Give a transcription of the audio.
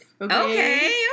okay